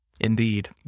Indeed